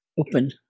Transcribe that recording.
open